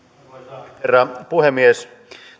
arvoisa herra puhemies